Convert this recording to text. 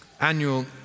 annual